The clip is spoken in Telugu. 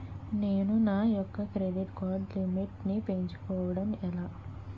నేను నా యెక్క క్రెడిట్ కార్డ్ లిమిట్ నీ పెంచుకోవడం ఎలా?